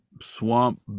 swamp